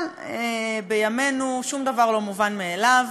אבל בימינו שום דבר לא מובן מאליו,